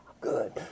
good